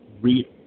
read